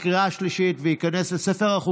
בעד, 23,